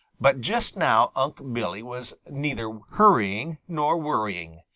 but just now unc' billy was neither hurrying nor worrying.